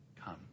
Come